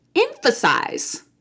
emphasize